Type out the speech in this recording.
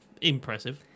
impressive